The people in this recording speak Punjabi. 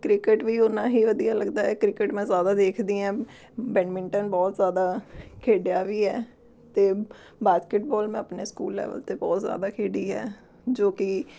ਕ੍ਰਿਕਟ ਵੀ ਉੰਨਾ ਹੀ ਵਧੀਆ ਲੱਗਦਾ ਹੈ ਕ੍ਰਿਕਟ ਮੈਂ ਜ਼ਿਆਦਾ ਦੇਖਦੀ ਹਾਂ ਬੈਡਮਿੰਟਨ ਬਹੁਤ ਜ਼ਿਆਦਾ ਖੇਡਿਆ ਵੀ ਹੈ ਅਤੇ ਬ ਬਾਸਕਿਟਬੋਲ ਮੈਂ ਆਪਣੇ ਸਕੂਲ ਲੈਵਲ 'ਤੇ ਬਹੁਤ ਜ਼ਿਆਦਾ ਖੇਡੀ ਹੈ ਜੋ ਕੀ